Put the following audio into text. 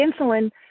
insulin